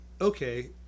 okay